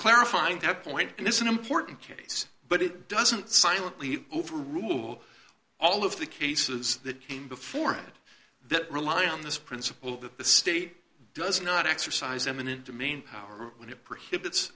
clarifying that point it is an important case but it doesn't silently overrule all of the cases that came before it that rely on this principle that the state does not exercise eminent domain power when it prohibits